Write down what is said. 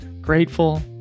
grateful